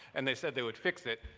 and they said they would fix it,